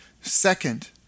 Second